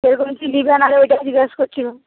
কিরকম কি নেবে না নেবে আগে ওইটা জিজ্ঞেস করছিলুম